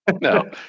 No